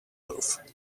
loaf